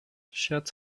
schert